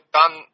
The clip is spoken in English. done